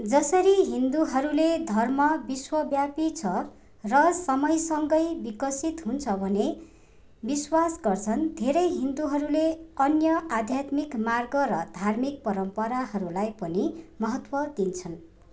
जसरी हिन्दूहरूले धर्म विश्वव्यापी छ र समयसँगै विकसित हुन्छ भने विश्वास गर्छन् धेरै हिन्दूहरूले अन्य आध्यात्मिक मार्ग र धार्मिक परम्पराहरूलाई पनि महत्त्व दिन्छन्